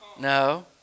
No